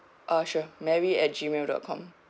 uh sure mary at gmail dot com